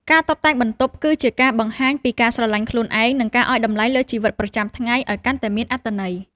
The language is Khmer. ការតុបតែងបន្ទប់គឺជាការបង្ហាញពីការស្រឡាញ់ខ្លួនឯង និងការឱ្យតម្លៃលើជីវិតប្រចាំថ្ងៃឱ្យកាន់តែមានអត្ថន័យ។